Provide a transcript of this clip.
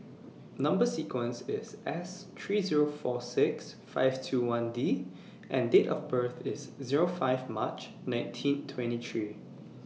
Number sequences IS S three Zero four six five two one D and Date of birth IS Zero five March nineteen twenty three